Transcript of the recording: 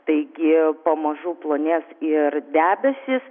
taigi pamažu plonės ir debesys